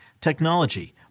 technology